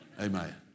Amen